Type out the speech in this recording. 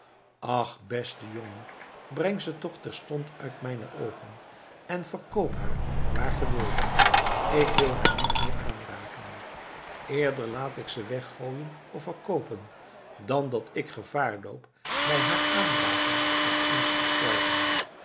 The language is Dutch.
ach beste jongen breng ze toch terstond uit mijne oogen en verkoop haar waar ge wilt ik wil haar niet meer aanraken eerder laat ik ze weggooien of verkoopen dan dat ik gevaar loop bij haar aanraking van angst te sterven